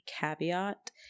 caveat